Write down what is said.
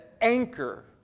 anchor